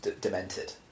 demented